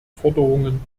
forderungen